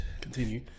Continue